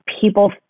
people